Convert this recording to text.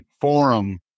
forum